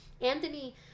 Anthony